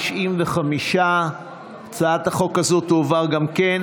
התשפ"א 2021,